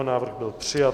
Návrh byl přijat.